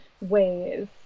ways